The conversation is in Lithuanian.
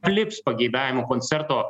lips pageidavimų koncerto